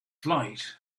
flight